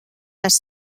les